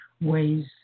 ways